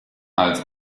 als